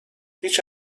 هیچ